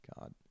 God